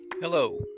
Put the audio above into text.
Hello